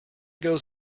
goes